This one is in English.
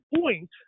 point